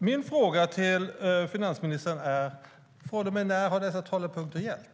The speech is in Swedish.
Min fråga till finansministern är alltså: Från och med när har dessa talepunkter gällt?